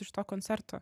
iš to koncerto